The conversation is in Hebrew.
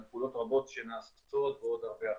על פעולות רבות שנעשות ועוד הרבה אחרות.